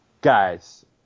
guys